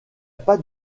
pas